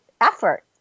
effort